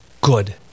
good